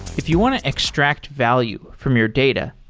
if you want to extract value from your data,